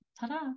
Ta-da